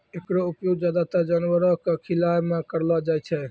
एकरो उपयोग ज्यादातर जानवरो क खिलाय म करलो जाय छै